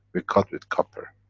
we cut with copper.